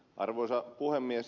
arvoisa puhemies